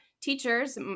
teachers